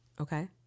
Okay